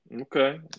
Okay